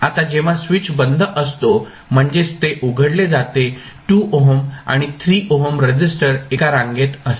आता जेव्हा स्विच बंद असतो म्हणजेच ते उघडले जाते 2 ओहम आणि 3 ओहम रेसिस्टर एका रांगेत असतात